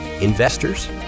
Investors